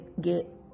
get